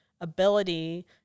ability